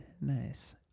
Nice